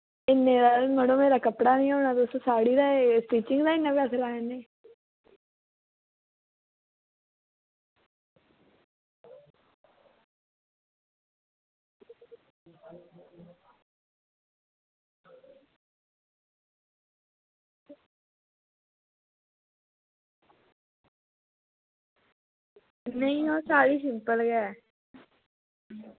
इन्ने दा ते मेरे मड़ो कपड़ा निं होना साड़ी दे स्टिचिंग दे इन्ने पैहे ला ने नेईं ओह् साड़ी सिंपल गै ऐ